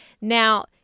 now